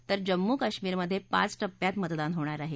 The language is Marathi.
तर जम्मू काश्मीरमध्ये पाच टप्प्यात मतदान होणार आहे